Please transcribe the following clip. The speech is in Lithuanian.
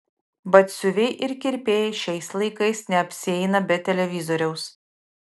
batsiuviai ir kirpėjai šiais laikais neapsieina be televizoriaus